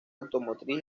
automotriz